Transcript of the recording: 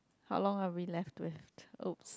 how long are we left with !opps!